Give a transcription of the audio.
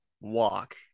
walk